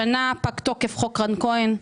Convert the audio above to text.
השנה פג תוקף "חוק רן כהן",